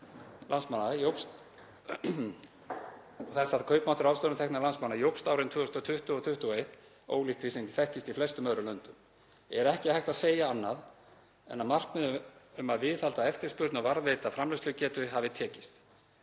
þess að kaupmáttur ráðstöfunartekna landsmanna jókst árin 2020 og 2021, ólíkt því sem þekkist í flestum öðrum löndum, er ekki hægt að segja annað en að markmiðið um að viðhalda eftirspurn og varðveita framleiðslugetu hafi tekist.